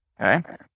okay